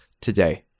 today